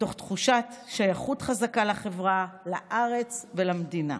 מתוך תחושת שייכות חזקה לחברה, לארץ ולמדינה.